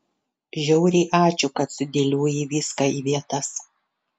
žiauriai ačiū kad sudėliojai viską į vietas